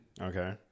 Okay